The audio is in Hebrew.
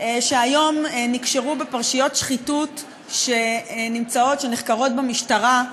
שהיום נקשרו בפרשיות שחיתות שנחקרות במשטרה,